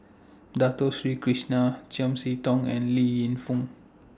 Dato Sri Krishna Chiam See Tong and Li Yingfung